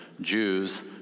Jews